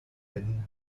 wänden